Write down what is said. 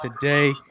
today